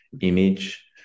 image